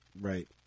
Right